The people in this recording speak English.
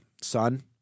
son